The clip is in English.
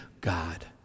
God